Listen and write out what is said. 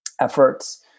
efforts